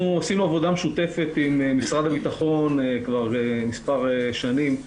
עשינו עבודה משותפת עם משרד הביטחון כבר מספר שנים,